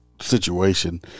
situation